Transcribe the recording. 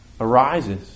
arises